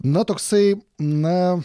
na toksai na